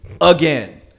again